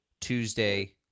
Tuesday